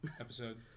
episode